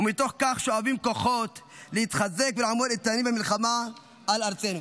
ומתוך כך שואבים כוחות להתחזק ולעמוד איתנים במלחמה על ארצנו.